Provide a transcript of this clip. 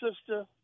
sister